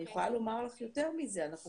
אני יכולה לומר לך יותר מזה: אנחנו